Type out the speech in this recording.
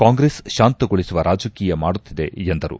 ಕಾಂಗ್ರೆಸ್ ಶಾಂತಗೊಳಿಸುವ ರಾಜಕೀಯ ಮಾಡುತ್ತಿದೆ ಎಂದರು